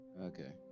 Okay